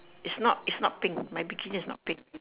is not is not pink my bikini is not pink